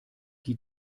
die